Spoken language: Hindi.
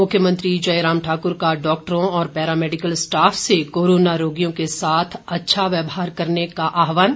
मुख्यमंत्री जयराम ठाक्र का डॉक्टरों और पैरामेडिकल स्टॉफ से कोरोना रोगियों के साथ अच्छा व्यवहार करने का आह्वान